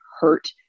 hurt